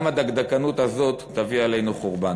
גם הדקדקנות הזאת תביא עלינו חורבן.